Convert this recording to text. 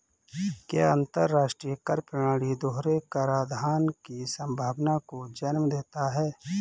क्या अंतर्राष्ट्रीय कर प्रणाली दोहरे कराधान की संभावना को जन्म देता है?